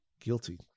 guilty